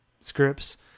scripts